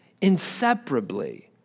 inseparably